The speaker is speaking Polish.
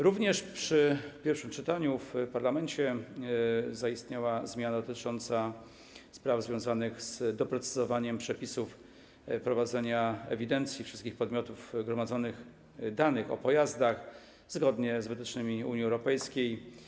Również przy pierwszym czytaniu w parlamencie zaistniała zmiana dotycząca spraw związanych z doprecyzowaniem przepisów odnoszących się do prowadzenia ewidencji wszystkich podmiotów, gromadzonych danych o pojazdach zgodnie z wytycznymi Unii Europejskiej.